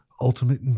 Ultimate